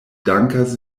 dankas